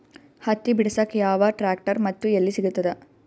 ಹತ್ತಿ ಬಿಡಸಕ್ ಯಾವ ಟ್ರ್ಯಾಕ್ಟರ್ ಮತ್ತು ಎಲ್ಲಿ ಸಿಗತದ?